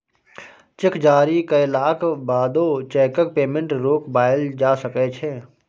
cheque जारी कएलाक बादो चैकक पेमेंट रोकबाएल जा सकै छै